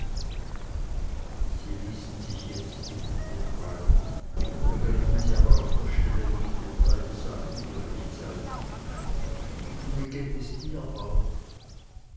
sie ließen sich jetzt die hände frei ergriffen sie aber auf der stelle wieder und beide sagten gleichzeitig und wie geht es dir auch